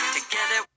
together